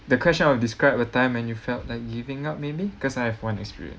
the question of describe a time when you felt like giving up maybe cause I have one experience